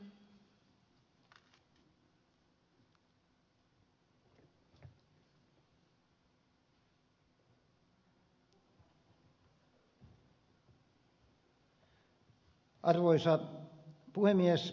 arvoisa puhemies